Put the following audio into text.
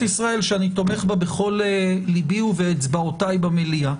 ישראל שאני תומך בה בכל ליבי ובאצבעותי במליאה.